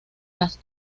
las